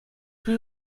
rue